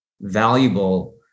valuable